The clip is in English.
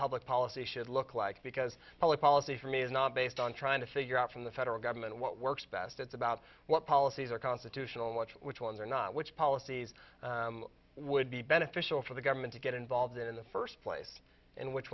public policy should look like because public policy for me is not based on trying to figure out from the federal government what works best it's about what policies are constitutional watch which ones are not which policies would be beneficial for the government to get involved in the first place and which